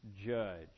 judge